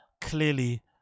clearly